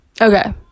okay